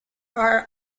are